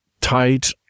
tight